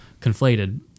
conflated